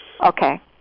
Okay